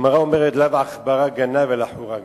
הגמרא אומרת: "לאו עכברא גנב אלא חורא גנב".